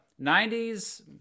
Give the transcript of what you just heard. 90s